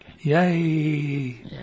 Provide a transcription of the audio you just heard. Yay